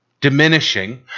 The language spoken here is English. diminishing